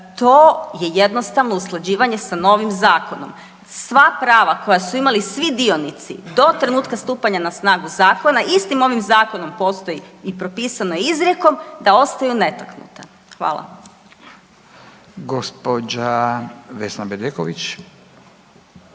to je jednostavno usklađivanje sa novim zakonom. Sva prava koja su imali svi dionici do trenutka stupanja na snagu zakona istim ovim zakonom postoji i propisano izrijekom da ostaju netaknuta. Hvala.